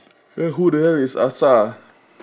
then who the hell is asa